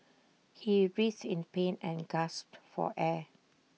he writhed in pain and gasped for air